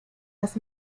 las